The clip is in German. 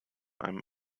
einem